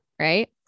right